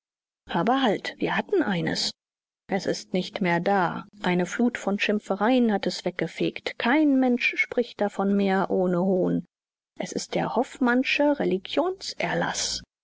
aber halt wir hatten eines es ist nicht mehr da eine flut von schimpfereien hat es weggefegt kein mensch spricht davon mehr ohne hohn es ist der hoffmannsche religionserlaß